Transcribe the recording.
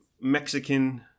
Mexican